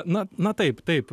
na na taip taip